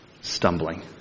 stumbling